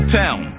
town